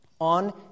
on